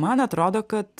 man atrodo kad